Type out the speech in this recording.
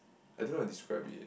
I don't know how to describe it